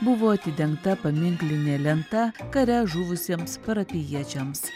buvo atidengta paminklinė lenta kare žuvusiems parapijiečiams